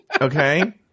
okay